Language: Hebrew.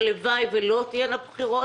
הלוואי ולא תהיינה בחירות.